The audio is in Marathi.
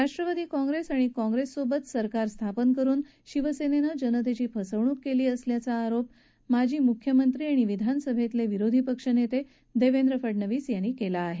राष्ट्रवादी काँग्रेस आणि काँग्रेस सोबत सरकार स्थापन करून शिवसेनेनं जनतेची फसवणूक केली आहे असा आरोप माजी मूख्यमंत्री आणि विधानसभेतले विरोधी पक्षनेते देवेंद्र फडणवीस यांनी केला आहे